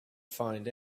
find